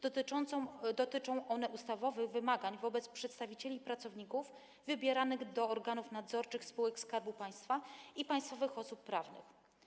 Dotyczą one ustawowych wymagań wobec przedstawicieli pracowników wybieranych do organów nadzorczych spółek Skarbu Państwa i państwowych osób prawnych.